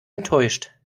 enttäuscht